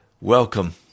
Welcome